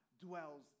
dwells